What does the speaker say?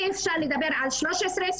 אי אפשר לדבר על 1325,